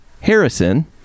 Harrison